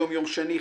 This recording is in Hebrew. היום יום שני,